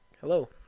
hello